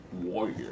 warrior